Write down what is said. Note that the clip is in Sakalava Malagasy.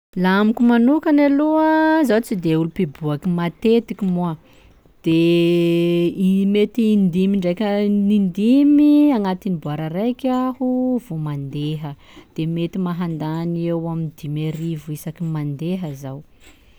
Laha amiko manokana aloha, zaho tsy de olo mpiboaky matetiky moà, de i mety in-dimy ndraika in-dimy agnaty boara araiky aho vô mandeha, de mety mahandany eo amin'ny dimy arivo isaky mandeha zaho.